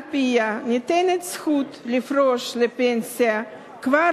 שעל-פיה ניתנת זכות לפרוש לפנסיה כבר